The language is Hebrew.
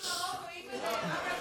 לא הייתי במרוקו, אימאל'ה,